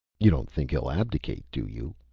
you don't think he'll abdicate, do you?